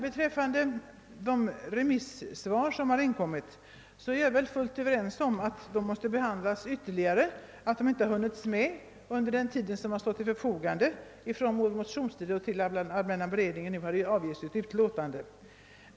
Beträffande de remissvar som har inkommit är vi fullt överens om att de måste behandlas ytterligare och att detta inte har kunnat medhinnas under den tid som stått till förfogande från det motionen väcktes och till dess allmänna beredningsutskottet nu avgivit sitt utlåtande.